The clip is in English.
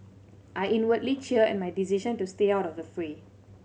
I inwardly cheer at my decision to stay out of the fray